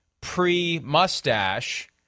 pre-mustache